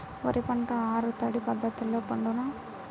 వరి పంట ఆరు తడి పద్ధతిలో పండునా?